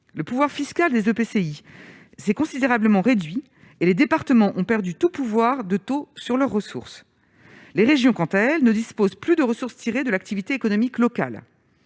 intercommunale, les EPCI, s'est considérablement réduit, et les départements ont perdu tout pouvoir de taux sur leurs ressources. Les régions, quant à elles, ne disposent plus de ressources tirées de l'activité économique locale.